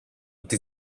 την